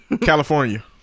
California